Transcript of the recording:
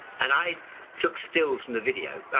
and i took stills from the video.